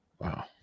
Wow